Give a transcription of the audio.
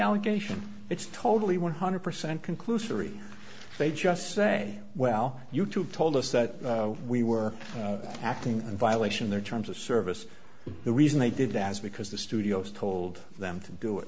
allegation it's totally one hundred percent conclusory they just say well you told us that we were acting in violation of their terms of service the reason they did as because the studios told them to do it